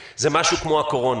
הפעם זה היה בדגש על הרווחה והביטחון